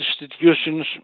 institutions